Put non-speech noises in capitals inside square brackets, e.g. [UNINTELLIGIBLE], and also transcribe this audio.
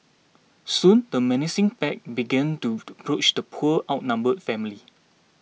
soon the menacing pack began to [UNINTELLIGIBLE] approach the poor outnumbered family